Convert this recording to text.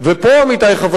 עמיתי חברי הכנסת,